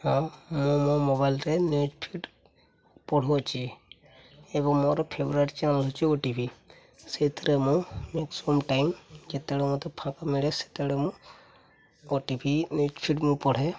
ହଁ ମୁଁ ମୋ ମୋବାଇଲ୍ରେ ନ୍ୟୁଜ୍ ଫିଡ଼୍ ପଢ଼ୁଅଛି ଏବଂ ମୋର ଫେଭରାଇଟ୍ ଚ୍ୟାନେଲ୍ ହେଉଛି ଓ ଟିଭି ସେଇଥିରେ ମୁଁ ମ୍ୟାକ୍ସିମମ୍ ଟାଇମ୍ ଯେତେବେଳେ ମୋତେ ଫାଙ୍କା ମିଳେ ସେତେବେଳେ ମୁଁ ଓ ଟିଭି ନ୍ୟୁଜ୍ ଫିଡ଼୍ ମୁଁ ପଢ଼େ